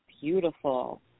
beautiful